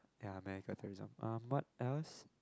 ya America tourism um what else